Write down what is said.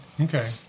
Okay